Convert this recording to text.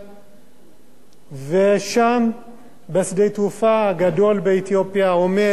שם בשדה התעופה הגדול באתיופיה ראיתי אותו עומד ומפקד בקור רוח.